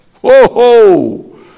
Whoa